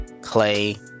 Clay